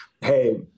hey